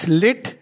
lit